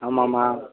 ஆமாம்மா